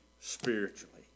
spiritually